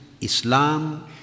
Islam